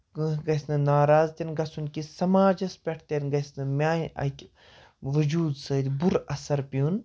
کانٛہہ گژھِ نہٕ ناراض تِنہٕ گژھُن کہِ سَماجَس پٮ۪ٹھ تہِ نہٕ گَژھِ نہٕ میانہِ اَکہِ وجوٗد سۭتۍ بُرٕ اَثر پیٚون